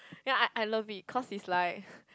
then I I love it cause it's like